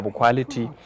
quality